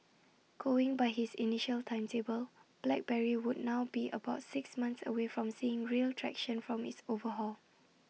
going by his initial timetable BlackBerry would now be about six months away from seeing real traction from its overhaul